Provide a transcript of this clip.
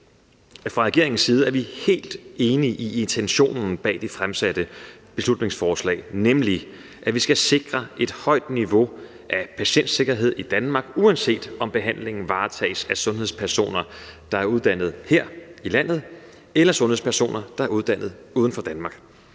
Fra regeringens side er vi helt enige i intentionen bag de fremsatte beslutningsforslag, nemlig at vi skal sikre et højt niveau af patientsikkerhed i Danmark, uanset om behandlingen varetages af sundhedspersoner, der er uddannet her i landet, eller sundhedspersoner, der er uddannet uden for Danmark.